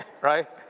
right